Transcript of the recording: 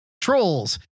trolls